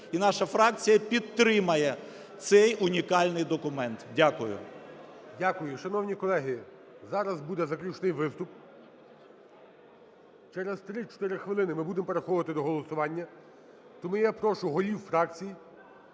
І наша фракція підтримає цей унікальний документ. Дякую. ГОЛОВУЮЧИЙ. Дякую. Шановні колеги, зараз буде заключний виступ. Через 3-4 хвилини ми будемо переходити до голосування. Тому я прошу голів фракцій